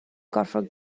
gorfod